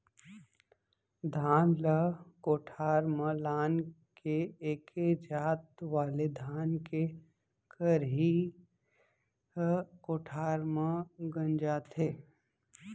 धान ल कोठार म लान के एके जात वाले धान के खरही ह कोठार म गंजाथे